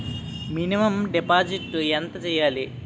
Minimum deposit ఎంత చెయ్యాలి?